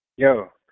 Yo